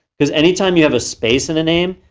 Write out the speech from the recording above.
because anytime you have space in a name,